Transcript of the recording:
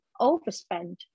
overspend